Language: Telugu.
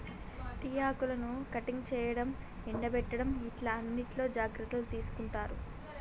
టీ ఆకులను కటింగ్ చేయడం, ఎండపెట్టడం ఇట్లా అన్నిట్లో జాగ్రత్తలు తీసుకుంటారు